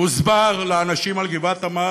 הוסבר לאנשים על גבעת עמל,